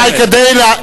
פקידי משרד האוצר.